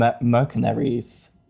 mercenaries